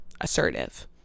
assertive